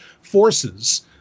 forces